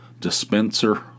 dispenser